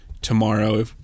tomorrow